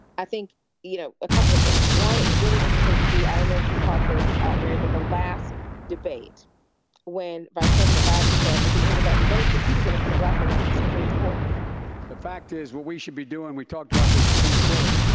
i think you know, a couple of things. one, it was really interesting to see i don't know if you caught this at mary, but the last debate when vice president biden said at the end of that debate that he was going to put a black woman on the supreme court the fact is, we we should be doing we talked about the supreme court.